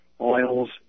oils